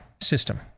system